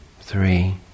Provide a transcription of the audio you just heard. three